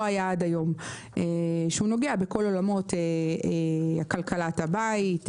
היה עד היום שהוא נוגע בכל עולמות כלכלת הבית,